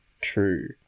true